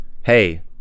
Hey